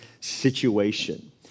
situation